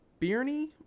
Birney